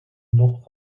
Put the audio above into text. noch